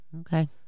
Okay